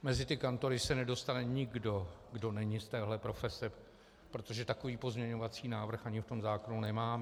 Mezi ty kantory se nedostane nikdo, kdo není z této profese, protože takový pozměňovací návrh ani v tom zákonu nemáme.